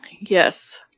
Yes